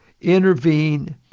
intervene